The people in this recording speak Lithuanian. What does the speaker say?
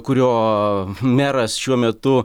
kurio meras šiuo metu